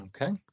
Okay